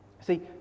See